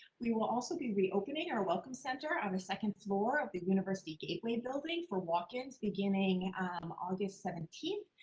we will also be reopening our welcome center on the second floor of the university gateway building for walk ins beginning um august seventeenth.